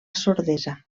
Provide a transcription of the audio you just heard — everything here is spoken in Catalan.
sordesa